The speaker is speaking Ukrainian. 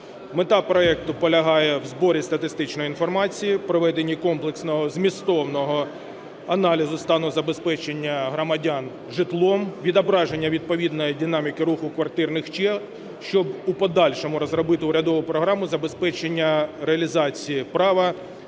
Мета проекту полягає у зборі статистичної інформації, проведенні комплексного, змістовного аналізу стану забезпечення громадян житлом, відображення відповідної динаміки руху квартирних черг, щоб в подальшому розробити урядову програму забезпечення реалізації права